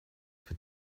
für